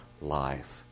life